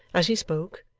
as he spoke,